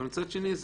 אבל מצד שני,